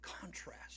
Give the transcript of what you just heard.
contrast